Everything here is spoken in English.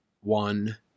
one